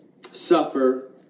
suffer